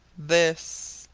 this.